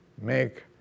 make